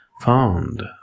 found